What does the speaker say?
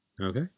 Okay